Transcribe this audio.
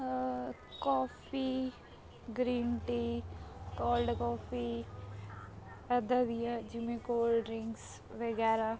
coffee green tea cold coffee ਇੱਦਾਂ ਦੀਆਂ ਜਿਵੇਂ ਕੋਲਡਰਿੰਕਸ ਵਗੈਰਾ